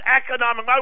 economic